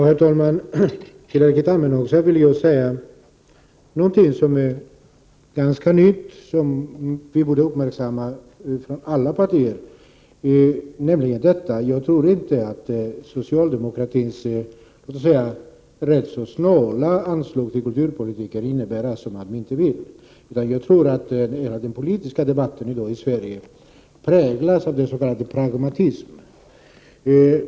Herr talman! Till Erkki Tammenoksa vill jag säga att jag inte tror att socialdemokraternas rätt så snåla anslag till kulturen beror på att de inte vill anslå mera. Någonting som är nytt och som vi från alla partier borde uppmärksamma är att hela den politiska debatten i dag i Sverige präglas av pragmatism.